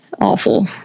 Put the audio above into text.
awful